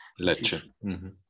Lecce